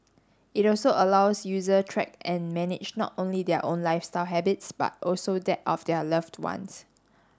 it also allows user track and manage not only their own lifestyle habits but also that of their loved ones